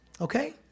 Okay